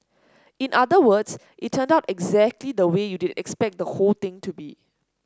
in other words it turned out exactly the way you'd expect the whole thing to be